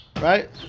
Right